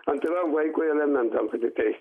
antram vaikui alimentam priteist